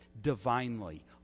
divinely